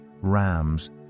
rams